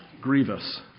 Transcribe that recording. grievous